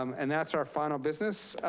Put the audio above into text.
um and that's our final business.